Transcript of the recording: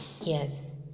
yes